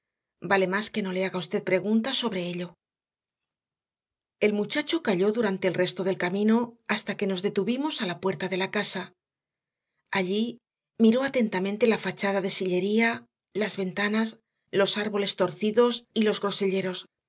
vale más que no le haga usted preguntas sobre ello el muchacho calló durante el resto del camino hasta que nos detuvimos a la puerta de la casa allí miró atentamente la fachada de sillería las ventanas los árboles torcidos y los